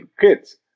kids